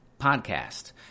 podcast